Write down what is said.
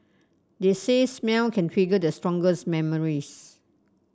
they say smell can trigger the strongest memories